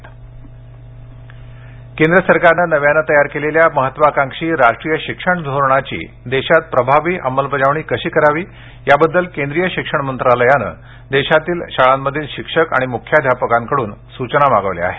राष्ट्रीय शिक्षण धोरण केंद्र सरकारने नव्याने तयार केलेल्या महत्वाकांक्षी राष्ट्रीय शिक्षण धोरणाची देशात प्रभावी अंमलबजावणी कशी करावी याबद्दल केंद्रीय शिक्षण मंत्रालयानं देशातील शाळांमधील शिक्षक आणि मुख्याधापकांकडून सूचना मागवल्या आहेत